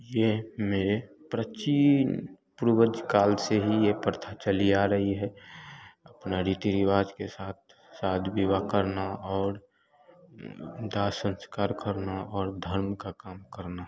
ये मेरे प्राचीन पूर्वज काल से ही यह प्रथा चली आ रही है अपने रीति रिवाज के साथ शादी विवाह करना और दाह संस्कार करना और धर्म का काम करना